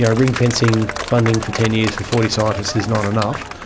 yeah ring fencing funding for ten years for forty scientists is not enough.